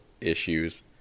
issues